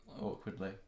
awkwardly